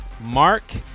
Mark